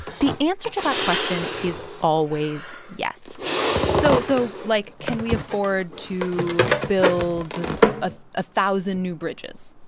the answer to that question is always yes so so, like, can we afford to build a ah thousand new bridges?